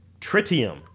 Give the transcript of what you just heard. Tritium